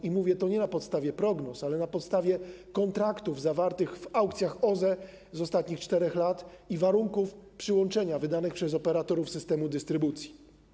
I mówię to nie na podstawie prognoz, ale na podstawie kontraktów zawartych w aukcjach OZE z ostatnich 4 lat i warunków przyłączenia wydanych przez operatorów systemu dystrybucji.